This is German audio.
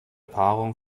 paarung